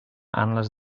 unless